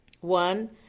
One